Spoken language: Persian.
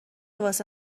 واسه